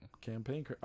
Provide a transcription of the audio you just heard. campaign